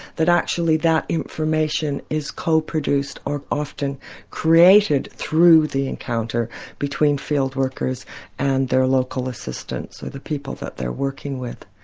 actually that information is co-produced or often created through the encounter between field workers and their local assistants, or the people that they're working with.